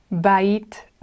Bait